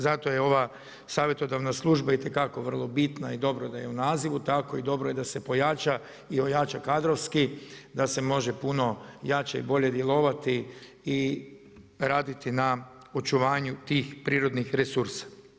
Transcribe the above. Zato je ova savjetodavna služba itekako vrlo bitna i dobro da je u nazivu, tako i dobro da se pojača i ojača kadrovski, da se može puno i jače i bolje djelovati i raditi na očuvanju tih prirodnih resursa.